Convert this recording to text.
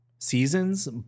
Seasons